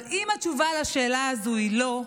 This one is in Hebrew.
אבל אם התשובה לשאלה הזאת היא לא,